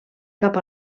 cap